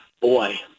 Boy